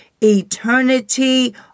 Eternity